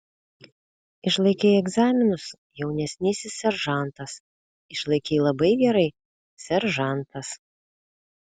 išlaikei egzaminus jaunesnysis seržantas išlaikei labai gerai seržantas